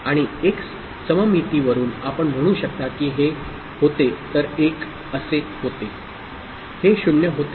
आणि सममितीवरून आपण म्हणू शकता की हे होते तर 1 असे होते हे 0 होते